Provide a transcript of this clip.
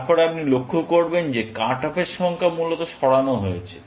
তারপর আপনি লক্ষ্য করবেন যে কাট অফের সংখ্যা মূলত সরানো হয়েছে